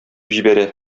җибәрә